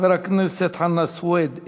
חבר הכנסת חנא סוייד,